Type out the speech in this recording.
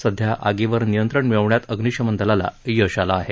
सध्या आगीवर नियंत्रण मिळवण्यात अग्निशमन दलाला यश आलं आहे